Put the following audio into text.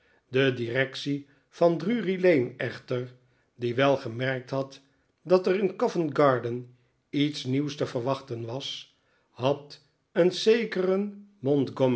de directie van drury-lane echter die wel gemerkt had dat er in goventgarden iets nieuws te verwachten was had een zekeren